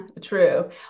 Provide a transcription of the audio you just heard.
True